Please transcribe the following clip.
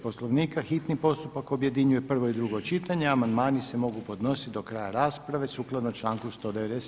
Poslovnika hitni postupak objedinjuje prvo i drugo čitanje, amandmani se mogu podnositi do kraja rasprave, sukladno članku 197.